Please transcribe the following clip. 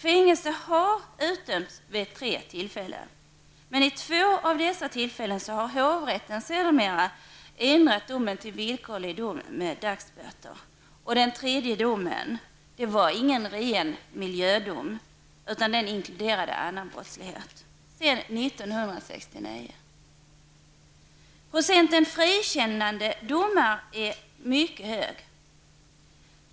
Fängelse har utdömts vid tre tillfällen. Men i två av dessa har hovrätten sedermera ändrat dessa till villkorlig dom med dagsböter. Den tredje domen var ingen ren miljödom, utan den inkluderade även annan brottslighet. Allt detta sedan 1969! Procenten frikännande domar är mycket stor.